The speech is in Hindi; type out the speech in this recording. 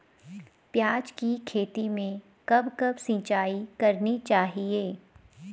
प्याज़ की खेती में कब कब सिंचाई करनी चाहिये?